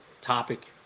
topic